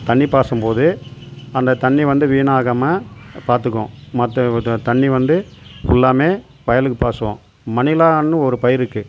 தண்ணி பாய்சும் போது அந்த தண்ணி வந்து வீணாகாமல் பார்த்துக்குவோம் மற்ற தண்ணி வந்து ஃபுல்லாவுமே வயலுக்கு பாய்சுவோம் மணிலான்னு ஒரு பயிர் இருக்கு